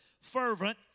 fervent